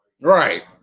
Right